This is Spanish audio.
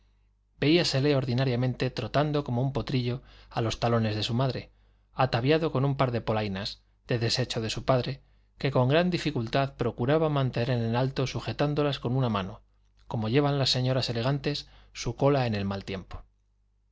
padre veíasele ordinariamente trotando como un potrillo a los talones de su madre ataviado con un par de polainas de desecho de su padre que con gran dificultad procuraba mantener en alto sujetándolas con una mano como llevan las señoras elegantes su cola en el mal tiempo